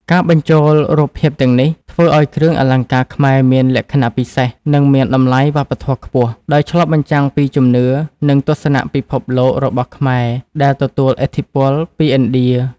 ការបញ្ចូលរូបភាពទាំងនេះ ធ្វើឱ្យគ្រឿងអលង្ការខ្មែរមានលក្ខណៈពិសេស និងមានតម្លៃវប្បធម៌ខ្ពស់ ដោយឆ្លុះបញ្ចាំងពីជំនឿ និងទស្សនៈពិភពលោករបស់ខ្មែរដែលទទួលឥទ្ធិពលពីឥណ្ឌា។